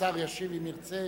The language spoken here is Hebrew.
השר ישיב, אם ירצה,